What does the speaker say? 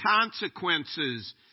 consequences